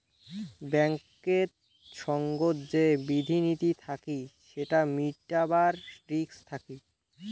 ব্যাঙ্কেত সঙ্গত যে বিধি নীতি থাকি সেটা মিটাবার রিস্ক থাকি